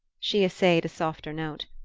she essayed a softer note.